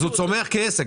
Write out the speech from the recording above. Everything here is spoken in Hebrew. הוא צומח כעסק.